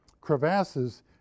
crevasses